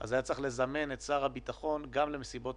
שגם הוא יזם את הדיון